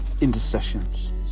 intercessions